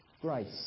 grace